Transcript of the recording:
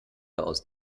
aus